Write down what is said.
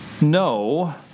no